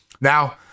now